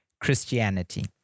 Christianity